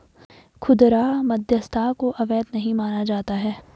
खुदरा मध्यस्थता को अवैध नहीं माना जाता है